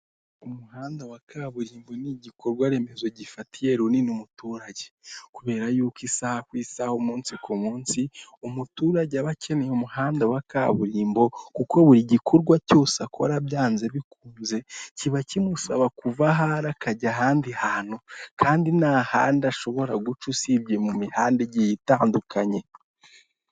Inyubako ndende isa n'amabara ya oranje ndetse n'ibirahure biyigize, icyapa kinini cy'umukara kiriho amagambo ya gihozo hoteli yanditse mu mabara y'umutuku ndetse n'umweru, ibinyabiziga biparitse imbere y'iyo nyubako ndetse n'abantu bagiye barimo baracaho.